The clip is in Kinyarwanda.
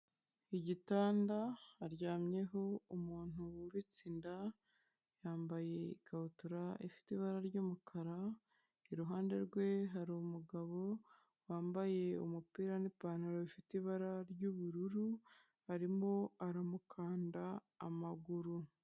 Igitanda haryamyeho umuntu wibatsinda yambaye ikabutura ifite ibara ry'umukara, iruhande rwe hari umumugabo wambaye umupira n'ipantaro ifite ibara ry'ubururu arimo aramukanda amaguru.